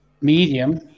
Medium